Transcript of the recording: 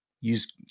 use